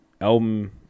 album